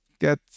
get